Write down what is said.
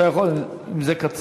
אתה יכול, אם זה קצר.